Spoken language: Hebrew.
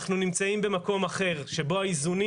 אנחנו נמצאים במקום אחר שבו האיזונים